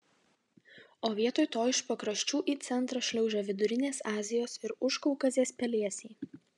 o vietoj to iš pakraščių į centrą šliaužia vidurinės azijos ir užkaukazės pelėsiai